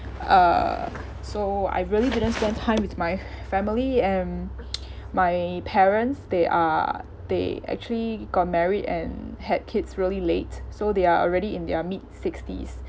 uh so I really didn't spend time with my family and my parents they are they actually got married and had kids really late so they are already in their mid-sixties